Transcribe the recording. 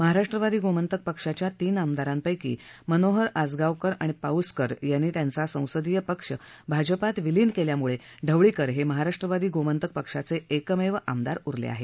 महाराष्ट्रवादी गोमंतक पक्षाच्या तीन आमदारांपैकी मनोहर आजगावकर आणि पाउसकर यांनी त्यांचा संसदीय पक्ष भाजपात विलीन केल्यामुळे ढवळीकर हे महाराष्ट्रवादी गोमंतक पक्षाचे एकमेव आमदार उरले आहेत